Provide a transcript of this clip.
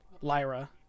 Lyra